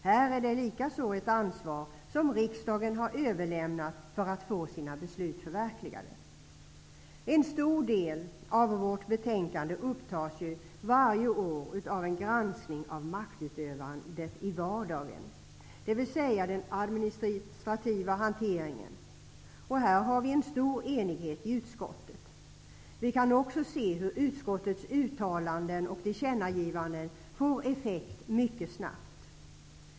Här gäller det också ett ansvar som riksdagen har överlämnat för att få sina beslut förverkligade. En stor del av vårt betänkande upptas varje år av en granskning av maktutövandet i vardagen, dvs. den administrativa hanteringen. Här finns det en stor enighet i utskottet. Vi kan också se hur utskottets uttalanden och tillkännagivanden får effekt mycket snabbt.